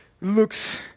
looks